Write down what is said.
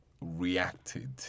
reacted